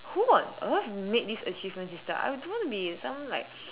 who on earth made this achievement system I don't want to be in some like